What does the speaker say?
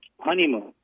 honeymoon